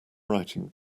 writing